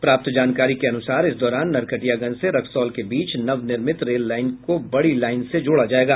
प्राप्त जानकारी के अनुसार इस दौरान नरकटियागंज से रक्सौल के बीच नवनिर्मित रेल लाईन को बड़ी लाईन से जोड़ा जायेगा